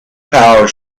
power